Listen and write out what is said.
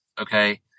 Okay